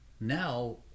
Now